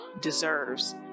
deserves